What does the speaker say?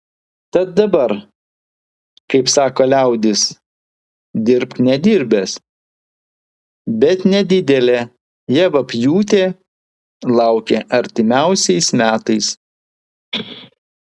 tad dabar kaip sako liaudis dirbk nedirbęs bet nedidelė javapjūtė laukia artimiausiais metais